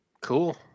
Cool